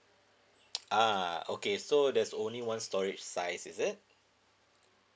ah okay so there's only one storage size is it